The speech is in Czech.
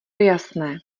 jasné